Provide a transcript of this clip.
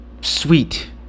sweet